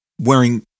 wearing